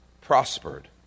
Prospered